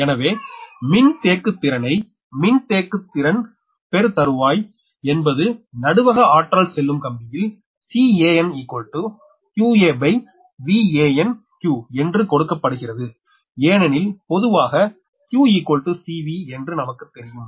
எனவே மின்தேக்குத் திறனை மின்தேக்குத் திறன் பெர் தருவாய் என்பது நடுவகஆற்றல் செல்லும் கம்பியில் Can qaVanqஎன்று கொடுக்கப்படுகிறது ஏனனில் பொதுவாக q C V என்று நமக்கு தெரியும்